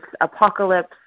apocalypse